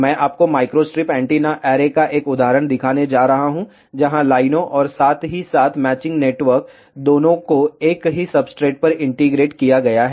मैं आपको microstrip antenna array का एक उदाहरण दिखाने जा रहा हूं जहां लाइनों और साथ ही साथ मैचिंग नेटवर्क दोनों को एक ही सब्सट्रेट पर इंटीग्रेट किया गया है